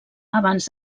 abans